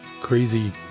crazy